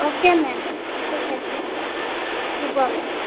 okay ma'am ঠিক আছে হ'ব মেম